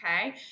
okay